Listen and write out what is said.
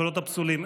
הקולות הפסולים,